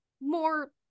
more